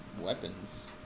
weapons